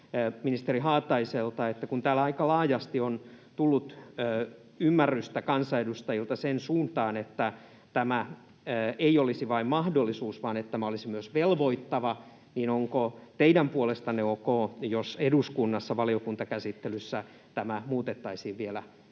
ministeri Haataiselta, että kun täällä aika laajasti on tullut ymmärrystä kansanedustajilta sen suuntaan, että tämä ei olisi vain mahdollisuus vaan että tämä olisi myös velvoittava, niin onko teidän puolestanne ok, jos eduskunnassa valiokuntakäsittelyssä tämä muutettaisiin vielä